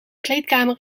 kleedkamer